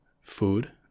food